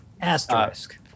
Asterisk